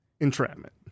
entrapment